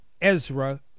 Ezra